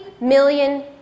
million